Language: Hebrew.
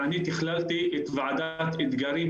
תכללתי את ועדת אתגרים,